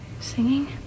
Singing